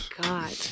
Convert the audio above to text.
God